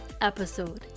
episode